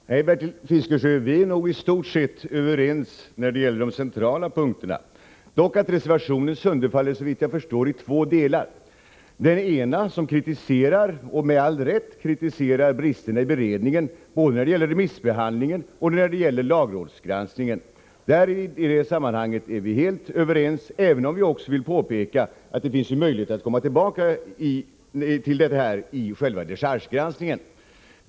Fru talman! Nej, Bertil Fiskesjö, vi är nog i stort sett överens när det gäller de centrala punkterna. Dock sönderfaller reservationen såvitt jag förstår i två delar. Den ena delen kritiserar med all rätt bristerna i beredningen både när det gäller remissbehandling och när det gäller lagrådsgranskning. I det sammanhanget är vi helt överens, även om jag vill påpeka att det finns möjligheter att komma tillbaka till detta i själva dechargegranskningen.